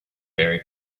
very